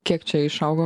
kiek čia išaugo